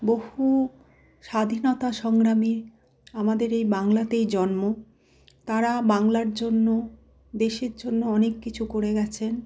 বহু স্বাধীনতা সংগ্রামী আমাদের এই বাংলাতেই জন্ম তারা বাংলার জন্য দেশের জন্য অনেক কিছু করে গিয়েছেন